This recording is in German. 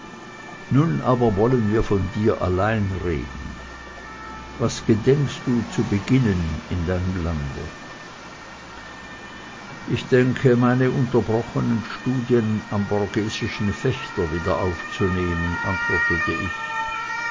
nun aber wollen wir von dir allein reden was gedenkst du zu beginnen in deinem lande ich denke meine unterbrochenen studien am borghesischen fechter wieder aufzunehmen antwortete ich